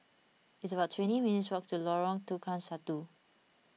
it's about twenty minutes' walk to Lorong Tukang Satu